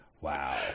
Wow